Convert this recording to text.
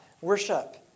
Worship